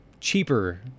cheaper